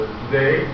today